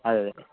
అదే అదే